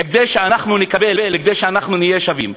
כדי שאנחנו נקבל, כדי שאנחנו נהיה שווים.